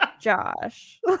Josh